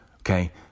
Okay